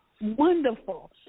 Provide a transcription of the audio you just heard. wonderful